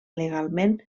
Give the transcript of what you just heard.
legalment